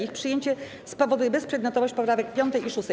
Ich przyjęcie spowoduje bezprzedmiotowość poprawek 5. i 6.